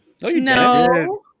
No